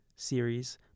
series